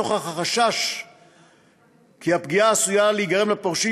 והן לנוכח החשש מפגיעה שעשויה להיגרם לפורשים